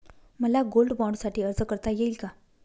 मला गोल्ड बाँडसाठी अर्ज करता येईल का?